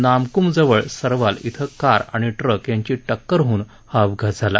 नामकुम जवळ सरवाल क्विं कार आणि ट्रक यांची टक्कर होऊन हा अपघात झाला